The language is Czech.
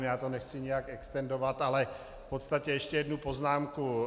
Já to nechci nějak extendovat, ale v podstatě ještě jednu poznámku.